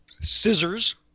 Scissors